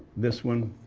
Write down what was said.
this one.